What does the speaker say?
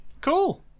cool